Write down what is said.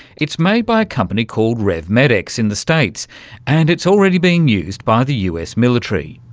it's made by a company called revmedx in the states and it's already being used by the us military.